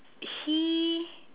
he